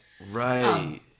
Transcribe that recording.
Right